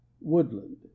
Woodland